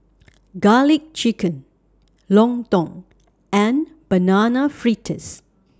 Garlic Chicken Lontong and Banana Fritters